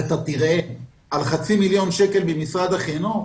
על חצי מיליון שקל ממשרד החינוך.